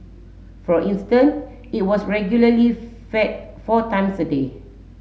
for instance it was regularly fed four times a day